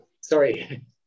sorry